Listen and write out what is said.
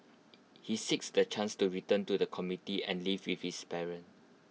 he seeks the chance to return to the community and live with his parents